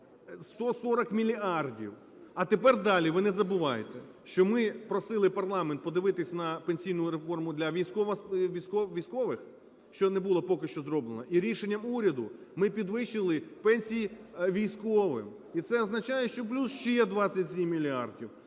140 мільярдів! А тепер далі. Ви не забувайте, що ми просили парламент подивитись на пенсійну реформу для військових, що не було поки що зроблено, і рішенням уряду ми підвищили пенсії військовим. І це означає, що плюс ще 27 мільярдів.